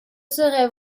serait